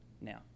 now